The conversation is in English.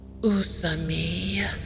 Usami